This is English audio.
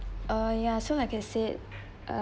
uh ya so like I said uh